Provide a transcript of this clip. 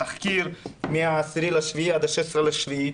התחקיר מה-10 ביולי עד 16 ביולי,